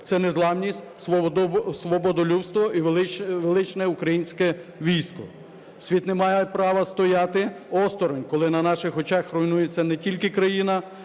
це незламність, свободолюбство і величне українське військо. Світ не має права стояти осторонь, коли на наших очах руйнується не тільки країна,